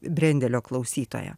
brendelio klausytoja